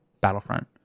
Battlefront